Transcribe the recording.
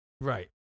Right